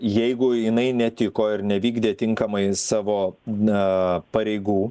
jeigu jinai netiko ir nevykdė tinkamai savo aaa pareigų